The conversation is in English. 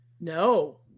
No